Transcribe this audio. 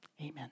amen